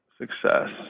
Success